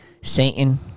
Satan